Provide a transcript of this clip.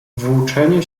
włóczenie